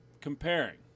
comparing